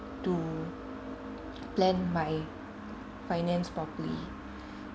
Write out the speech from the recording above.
to plan my finance properly